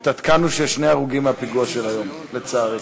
התעדכנו שיש שני הרוגים בפיגוע של היום, לצערי.